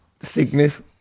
sickness